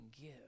give